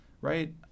right